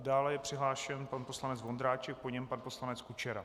Dále je přihlášen pan poslanec Vondráček, po něm pan poslanec Kučera.